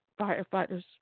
firefighters